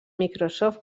microsoft